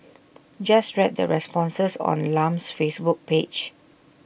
just read the responses on Lam's Facebook page